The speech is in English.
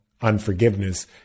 unforgiveness